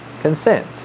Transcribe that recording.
consent